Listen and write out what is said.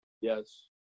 yes